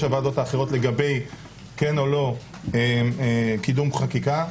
הוועדות האחרות לגבי כן או לא קידום חקיקה.